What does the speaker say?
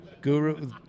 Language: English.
guru